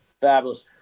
Fabulous